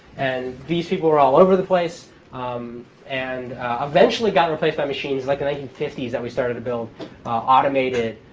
and these people were all over the place and eventually, got replaced by machines, like in nineteen fifty s that we started to build automated